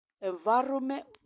environment